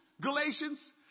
Galatians